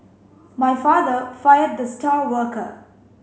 my father fired the star worker